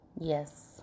yes